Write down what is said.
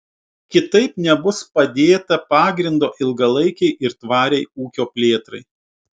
kitaip nebus padėta pagrindo ilgalaikei ir tvariai ūkio plėtrai